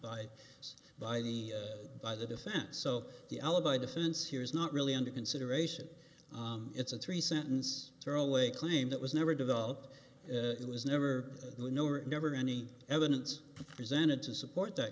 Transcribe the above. us by the by the defense so the alibi defense here is not really under consideration it's a three sentence throwaway claim that was never developed it was never never never any evidence presented to support that